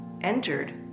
entered